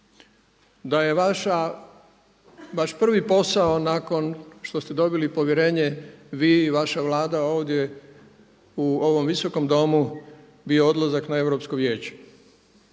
da je vaš prvi posao nakon što ste dobili povjerenje vi i vaša Vlada ovdje u ovom Visokom domu bio odlazak na Europsko vijeće